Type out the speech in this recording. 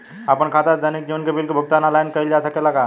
आपन खाता से दैनिक जीवन के बिल के भुगतान आनलाइन कइल जा सकेला का?